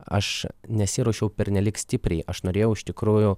aš nesiruošiau pernelyg stipriai aš norėjau iš tikrųjų